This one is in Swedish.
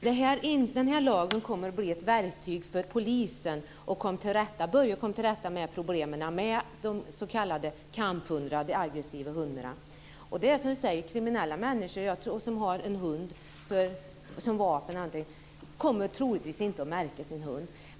Fru talman! Den här lagen kommer att bli ett verktyg för polisen att börja komma till rätta med problemen med de s.k. kamphundarna, de aggressiva hundarna. Kriminella människor som har en hund, kanske som vapen, kommer troligtvis inte att märka sin hund.